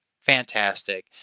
fantastic